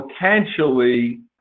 potentially